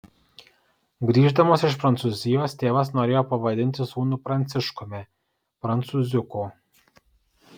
grįždamas iš prancūzijos tėvas norėjo pavadinti sūnų pranciškumi prancūziuku